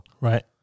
Right